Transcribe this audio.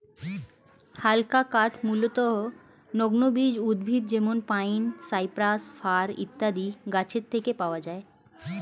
হালকা কাঠ মূলতঃ নগ্নবীজ উদ্ভিদ যেমন পাইন, সাইপ্রাস, ফার ইত্যাদি গাছের থেকে পাওয়া যায়